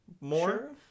more